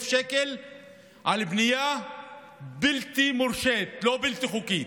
שקל על בנייה בלתי מורשית לא בלתי חוקית,